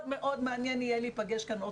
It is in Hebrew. מאוד מאוד מעניין יהיה להיפגש כאן בעוד